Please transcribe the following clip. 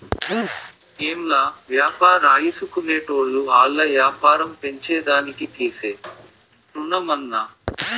ఏంలా, వ్యాపారాల్జేసుకునేటోళ్లు ఆల్ల యాపారం పెంచేదానికి తీసే రుణమన్నా